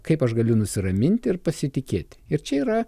kaip aš galiu nusiraminti ir pasitikėti ir čia yra